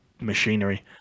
machinery